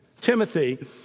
Timothy